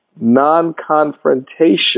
non-confrontation